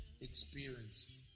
experience